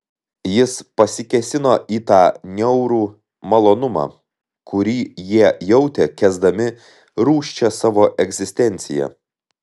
jis pasikėsino į tą niaurų malonumą kurį jie jautė kęsdami rūsčią savo egzistenciją